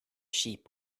sheep